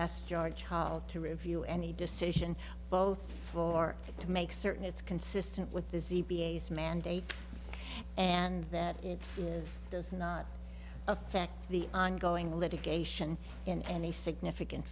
asked george hall to review any decision both for to make certain it's consistent with the mandate and that is does not affect the ongoing litigation in any significant